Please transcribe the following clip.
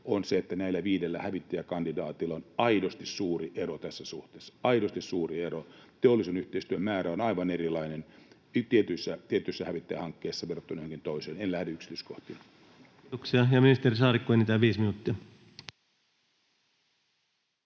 on se, että näillä viidellä hävittäjäkandidaatilla on aidosti suuri ero tässä suhteessa, aidosti suuri ero. Teollisen yhteistyön määrä on aivan erilainen tietyissä hävittäjähankkeissa verrattuna johonkin toiseen. En lähde yksityiskohtiin. [Speech 127] Speaker: Ensimmäinen